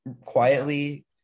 quietly